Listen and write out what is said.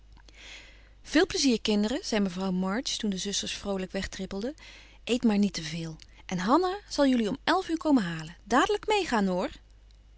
veel plezier kinderen zei mevrouw march toen de zusters vroolijk wegtrippelden eet maar niet te veel en hanna zal jullie om elf uur komen halen dadelijk meegaan hoor